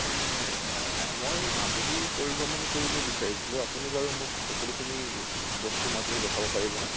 মই মাজুলী পৰিভ্ৰমণ কৰিব বিচাৰিছিলোঁ আপুনি বাৰু মোক সকলোখিনি বস্তু মাজুলী দেখাব পাৰিবনে